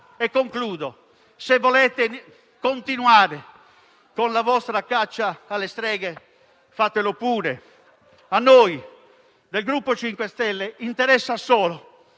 colleghi, se volete continuare con la vostra caccia alle streghe, fatelo pure. A noi del Gruppo MoVimento 5 Stelle interessa solo